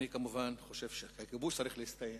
אני חושב, כמובן, שהכיבוש צריך להסתיים,